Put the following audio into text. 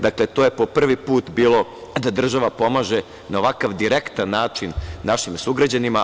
Dakle, to je prvi put bilo da država pomaže na ovakav direktan način našim sugrađanima.